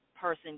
person